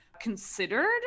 considered